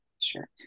Sure